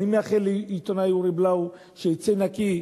אני מאחל לעיתונאי אורי בלאו שיצא נקי,